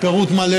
פירוט מלא